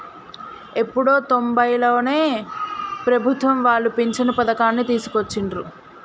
ఎప్పుడో తొంబైలలోనే ప్రభుత్వం వాళ్ళు పించను పథకాన్ని తీసుకొచ్చిండ్రు